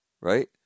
Right